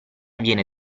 viene